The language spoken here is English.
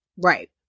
Right